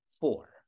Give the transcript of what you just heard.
Four